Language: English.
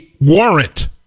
warrant